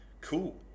Cool